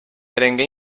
prengué